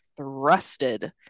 thrusted